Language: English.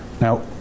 now